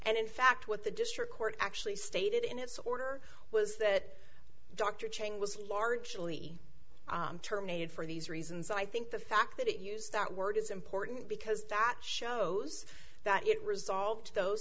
and in fact what the district court actually stated in its order was that dr chain was largely terminated for these reasons i think the fact that it used that word is important because that shows that it resolved those